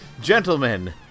Gentlemen